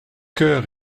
coeur